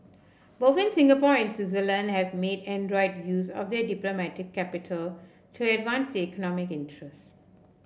both Singapore and Switzerland have made adroit use of their diplomatic capital to advance their economic interests